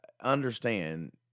understand